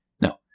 No